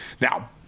Now